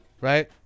right